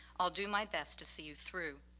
i'll do my best to see you through.